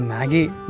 Maggie